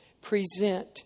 present